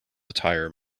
attire